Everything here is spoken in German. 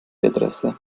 adresse